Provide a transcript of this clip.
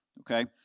Okay